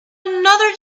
another